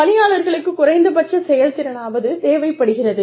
பணியாளர்களுக்குக் குறைந்தபட்ச செயல்திறனாவது தேவைப்படுகிறது